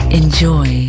enjoy